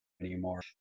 anymore